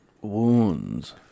Wounds